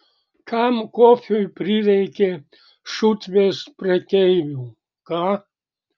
kam kofiui prireikė šutvės prekeivių ką